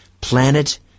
Planet